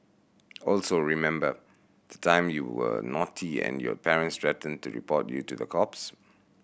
also remember the time you were naughty and your parents threatened to report you to the cops